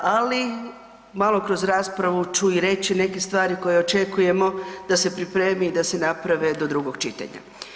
Ali, malo kroz raspravu ću i reći neke stvari koje očekujemo da se pripremi i da se naprave do drugog čitanja.